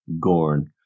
Gorn